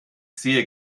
sehr